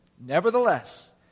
Nevertheless